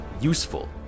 useful